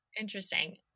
Interesting